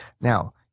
Now